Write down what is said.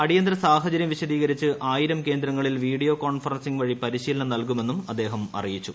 അടിയന്തര സാഹചര്യം വിശദീകരിച്ച് ആയിരം കേന്ദ്രങ്ങളിൽ വീഡിയോ കോൺഫറൻസിങ്ങ് വഴി പരിശീലനം നൽകുമെന്നും അദ്ദേഹം അറിയിച്ചു